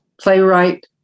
playwright